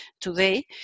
today